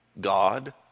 God